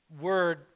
word